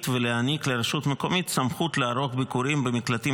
ולהעניק לרשות מקומית סמכות לערוך ביקורים במקלטים